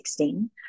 2016